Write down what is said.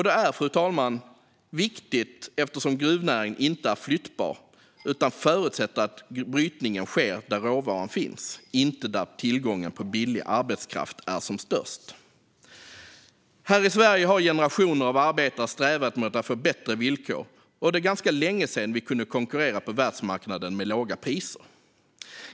Det är, fru talman, viktigt, eftersom gruvnäringen inte är flyttbar utan förutsätter att brytningen sker där råvaran finns och inte där tillgången på billig arbetskraft är som störst. Här i Sverige har generationer av arbetare strävat mot att få bättre villkor. Det är ganska länge sedan vi kunde konkurrera på världsmarknaden med låga priser.